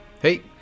Hey